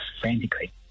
frantically